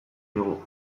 digu